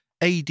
AD